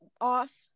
off